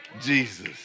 Jesus